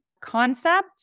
concept